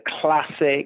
classic